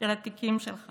של התיקים שלך